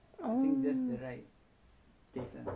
ah okay lah then I take one set of that